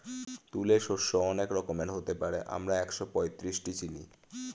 তুলে শস্য অনেক রকমের হতে পারে, আমরা একশোপঁয়ত্রিশটি চিনি